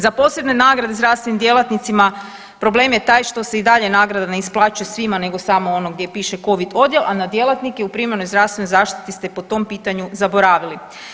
Za posebne nagrade zdravstvenim djelatnicima problem je taj što se i dalje nagrada ne isplaćuje svima nego samo ono gdje piše covid odjel, a na djelatnike u primarnoj zdravstvenoj zaštiti ste po tom pitanju zaboravili.